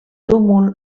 túmul